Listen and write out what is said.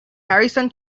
harrison